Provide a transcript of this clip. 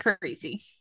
crazy